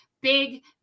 big